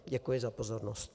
Děkuji za pozornost.